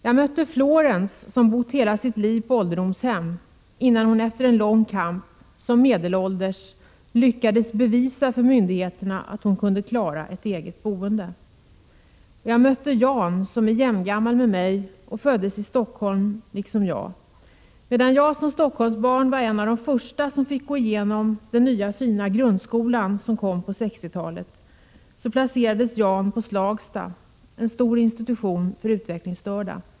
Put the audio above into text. Jag mötte Florence, som bott hela sitt liv på ålderdomshem, innan hon efter en lång kamp som medelålders lyckades bevisa för myndigheterna att hon kunde klara ett eget boende. Jag mötte Jan, som är jämngammal med mig och född i Stockholm liksom jag. Medan jag som Stockholmsbarn var en av de första som fick gå igenom den nya fina grundskolan, som kom på 1960-talet, placerades Jan på Slagsta, en stor institution för utvecklingsstörda.